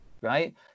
right